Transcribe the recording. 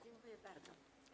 Dziękuję bardzo.